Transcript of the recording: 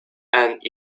and